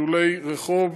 חתולי רחוב: